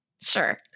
sure